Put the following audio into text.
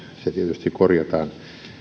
se tietysti korjataan